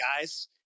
guys